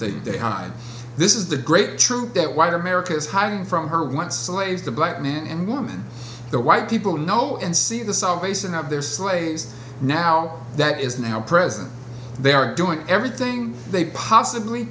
that they hide this is the great truth that white america is hiding from her once slaves the black man and woman the white people know and see the salvation of their slaves now that is now present they are doing everything they possibly